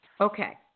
Okay